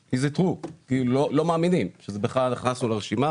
אם זה נכון כי הם לא מאמינים שבכלל נכנסנו לרשימה